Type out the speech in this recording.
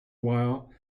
while